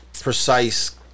precise